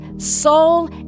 soul